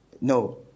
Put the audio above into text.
No